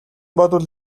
бодвол